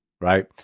right